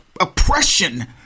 oppression